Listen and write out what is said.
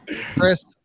Chris